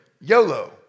YOLO